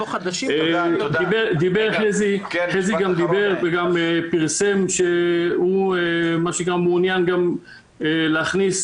לא חדשים --- חזי גם דיבר ופרסם שהוא מעוניין להכניס